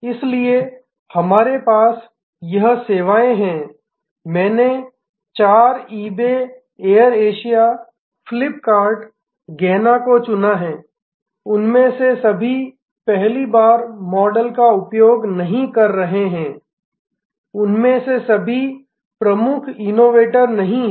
इसलिए हमारे पास यह सेवाएं हैं मैंने चार eBay Air Asia Flipkart गैना को चुना है उनमें से सभी पहली बार मॉडल का उपयोग नहीं कर रहे हैं उनमें से सभी प्रमुख इनोवेटर नहीं हैं